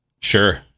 Sure